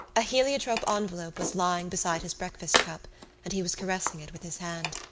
a heliotrope envelope was lying beside his breakfast-cup and he was caressing it with his hand.